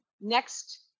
next